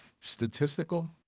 statistical